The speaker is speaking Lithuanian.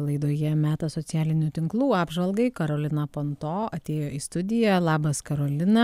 laidoje metas socialinių tinklų apžvalgai karolina panto atėjo į studiją labas karolina